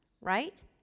right